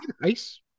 Nice